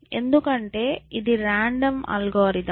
ఎందుకంటే ఇది random algorithm